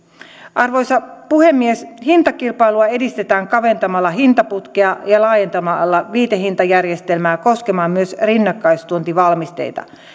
arvoisa puhemies hintakilpailua edistetään kaventamalla hintaputkea ja laajentamalla viitehintajärjestelmä koskemaan myös rinnakkaistuontivalmisteita